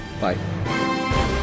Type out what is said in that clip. Bye